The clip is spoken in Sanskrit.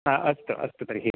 हा अस्तु अस्तु तर्हि